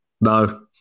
no